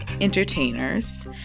entertainers